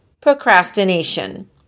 procrastination